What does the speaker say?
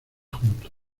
juntos